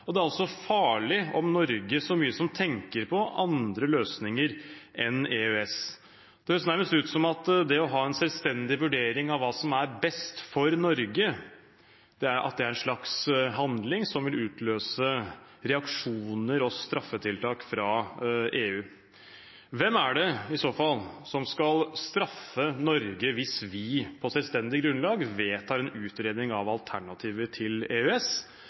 Det er også farlig om Norge så mye som tenker på andre løsninger enn EØS. Det høres nærmest ut som at det å ha en selvstendig vurdering av hva som er best for Norge, er en slags handling som vil utløse reaksjoner og straffetiltak fra EU. Hvem er det i så fall som skal straffe Norge hvis vi på selvstendig grunnlag vedtar en utredning av alternativer til EØS,